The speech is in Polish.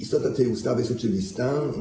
Istota tej ustawy jest oczywista.